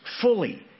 fully